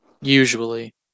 Usually